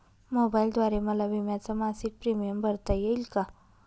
मोबाईलद्वारे मला विम्याचा मासिक प्रीमियम भरता येईल का?